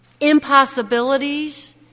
impossibilities